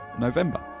november